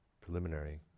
preliminary